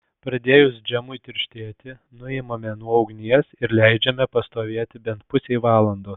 pradėjus džemui tirštėti nuimame nuo ugnies ir leidžiame pastovėti bent pusei valandos